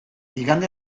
igande